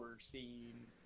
scene